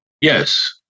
yes